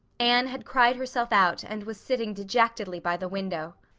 anne had cried herself out and was sitting dejectedly by the window.